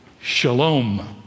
shalom